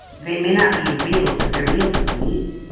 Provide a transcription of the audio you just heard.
they may not be real but they're real to me.